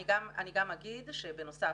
אני גם אגיד שבנוסף,